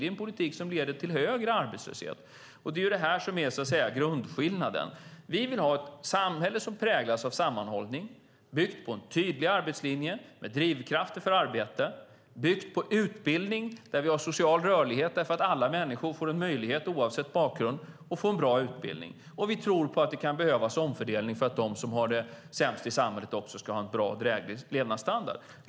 Det är en politik som leder till högre arbetslöshet. Detta är grundskillnaden. Vi vill ha ett samhälle som präglas av sammanhållning. Det ska vara byggt på en tydlig arbetslinje med drivkrafter för arbete och på utbildning där vi har social rörlighet därför att alla människor får en möjligt, oavsett bakgrund, att få en bra utbildning. Vi tror att det kan behövas en omfördelning så att de som har det sämst i samhället också ska få en bra och dräglig levnadsstandard.